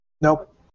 Nope